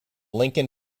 lincoln